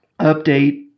update